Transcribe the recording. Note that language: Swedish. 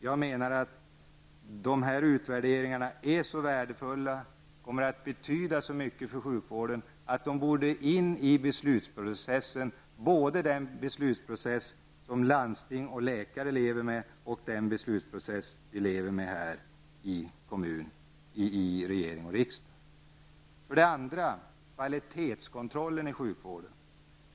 Jag menar att utvärderingarna är så värdefulla och kommer att betyda så mycket för sjukvården att de borde komma in i beslutsprocessen, dels den beslutsprocess som landsting och läkare lever med, dels den som vi lever med i regering och riksdag. För det andra gäller det kvalitetskontrollen inom sjukvården.